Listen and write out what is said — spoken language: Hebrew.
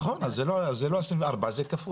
נכון, אז זה לא 24,000, זה כפול.